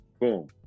boom